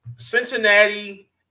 Cincinnati